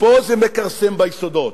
פה זה מכרסם ביסודות.